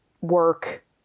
work